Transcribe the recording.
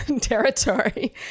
territory